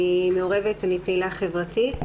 אני מעורבת ואני פעילה חברית.